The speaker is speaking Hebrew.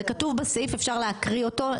זה כתוב בסעיף אפשר להקריא אותו.